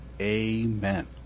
amen